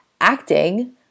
acting